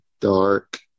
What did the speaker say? dark